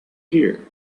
here